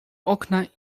okna